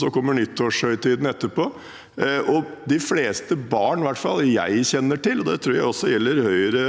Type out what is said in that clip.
så kommer nyttårshøytiden etterpå. De fleste barn i hvert fall jeg kjenner til, og det tror jeg også gjelder Høyre,